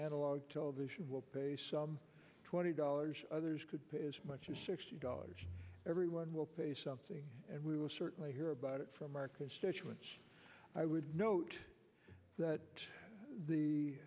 analog television will pay some twenty dollars others could pay as much as sixty dollars everyone will pay something and we will certainly hear about it from our constituents i would note that the